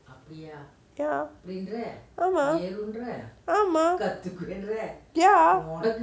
ya ya correct oh mah oh my god you couldn't do that ya